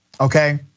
okay